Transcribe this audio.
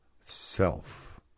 self